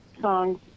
songs